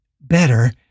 Better